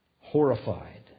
horrified